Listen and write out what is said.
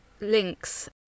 links